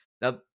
Now